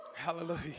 Hallelujah